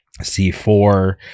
C4